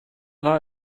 war